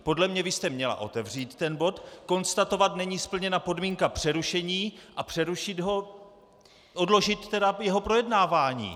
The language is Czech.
Podle mě byste měla otevřít ten bod, konstatovat, že není splněna podmínka přerušení, a přerušit ho, odložit jeho projednávání.